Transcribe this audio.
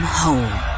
home